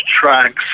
tracks